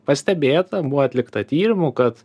pastebėta buvo atlikta tyrimų kad